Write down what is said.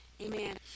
Amen